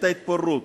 את ההתפוררות,